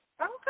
okay